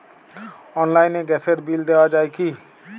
অনলাইনে গ্যাসের বিল দেওয়া যায় কি?